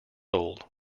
old